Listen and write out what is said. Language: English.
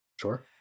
Sure